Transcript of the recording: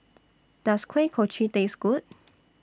Does Kuih Kochi Taste Good